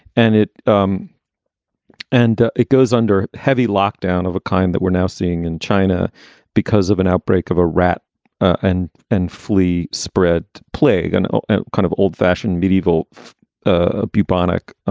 and it um and it goes under heavy lockdown of a kind that we're now seeing in china because of an outbreak of a rat and and flee, spread plague and a kind of old fashioned medieval ah bubonic